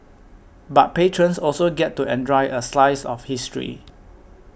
but patrons also get to enjoy a slice of history